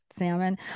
salmon